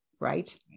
Right